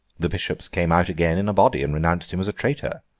the bishops came out again in a body, and renounced him as a traitor.